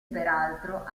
peraltro